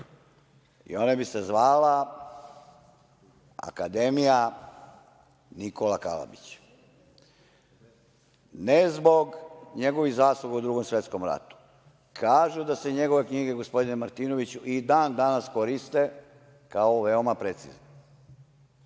i ona bi se zvala akademija Nikola Kalabić. Ne zbog njegovih zasluga u Drugom svetskom ratu, kažu da se njegove knjige, gospodine Martinoviću, i dan danas koriste, kao veoma precizne. Kada